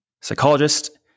Psychologist